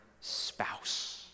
spouse